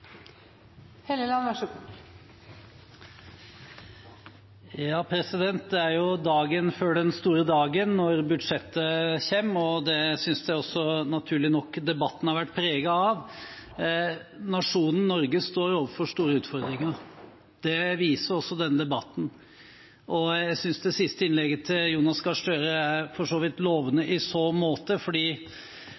jo dagen før den store dagen når budsjettet kommer, og det synes jeg også, naturlig nok, debatten har vært preget av. Nasjonen Norge står overfor store utfordringer. Det viser også denne debatten. Jeg synes det siste innlegget til Jonas Gahr Støre for så vidt er lovende i så måte,